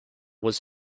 was